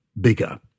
bigger